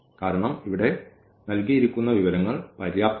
കാരണം ഇവിടെ നൽകിയിരിക്കുന്ന വിവരങ്ങൾ പര്യാപ്തമല്ല